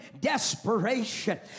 desperation